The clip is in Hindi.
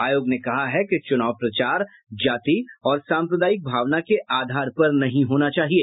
आयोग ने कहा है कि चुनाव प्रचार जाति और सांप्रदायिक भावना के आधार पर नहीं होना चाहिए